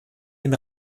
den